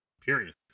Period